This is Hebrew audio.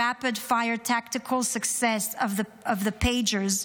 rapid-fire tactical successes of the pagers,